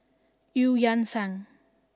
Eu Yan Sang